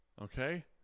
Okay